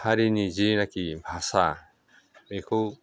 हारिनि जेनाखि भाषा बेखौ